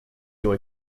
your